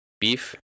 beef